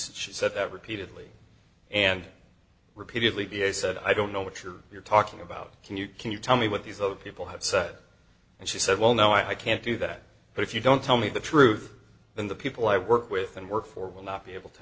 said she said that repeatedly and repeatedly da said i don't know which are you're talking about can you can you tell me what these other people have said and she said well no i can't do that but if you don't tell me the truth then the people i work with and work for will not be able to